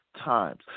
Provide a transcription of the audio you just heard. times